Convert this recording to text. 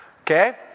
Okay